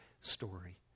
story